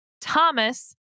Thomas